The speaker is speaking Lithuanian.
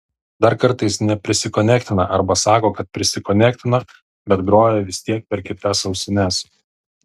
dar kartais neprisikonektina arba sako kad prisikonektino bet groja vis tiek per kitas ausines